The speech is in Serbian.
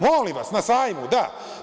Molim vas, na sajmu da.